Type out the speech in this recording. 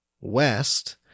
west